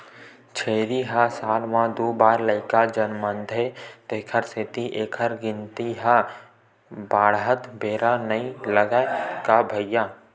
छेरी ह साल म दू बार लइका जनमथे तेखर सेती एखर गिनती ह बाड़हत बेरा नइ लागय गा भइया